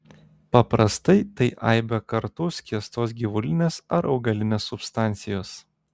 paprastai tai aibę kartų skiestos gyvulinės ar augalinės substancijos